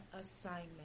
assignment